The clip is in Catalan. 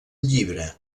llibre